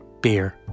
beer